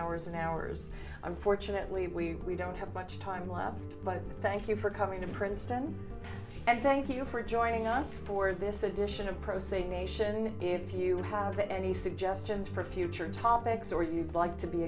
hours and hours unfortunately we we don't have much time left but thank you for coming to princeton and thank you for joining us for this edition of pro se nation if you have any suggestions for future topics or you'd like to be